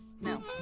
No